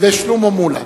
ושלמה מולה.